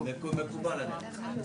מקובל עליי.